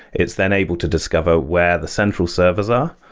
it's then able to discover where the central servers are.